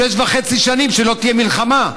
ששש שנים וחצי לא תהיה מלחמה,